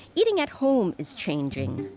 eating at home is changing.